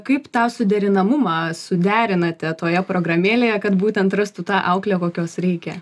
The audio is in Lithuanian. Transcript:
kaip tą suderinamumą suderinate toje programėlėje kad būtent rastų tą auklę kokios reikia